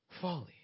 Folly